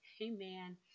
amen